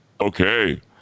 okay